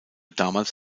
damals